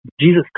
Jesus